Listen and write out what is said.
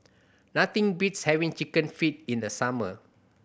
nothing beats having Chicken Feet in the summer